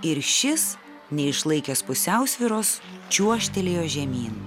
ir šis neišlaikęs pusiausvyros čiuožtelėjo žemyn